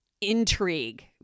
intrigue